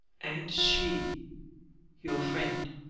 and she your friend